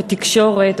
בתקשורת,